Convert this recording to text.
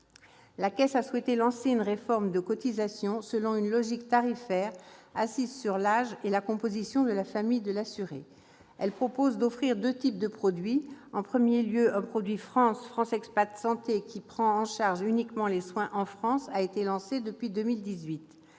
La Caisse a souhaité lancer une réforme des cotisations selon une logique tarifaire assise sur l'âge et la composition de la famille de l'assuré. Elle propose d'offrir deux types de produits. En premier lieu, le produit FrancExpat Santé, qui prend en charge uniquement les soins en France, a été lancé au début